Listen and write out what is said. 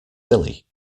silly